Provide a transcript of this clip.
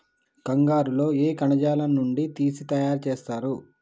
కంగారు లో ఏ కణజాలం నుండి తీసి తయారు చేస్తారు?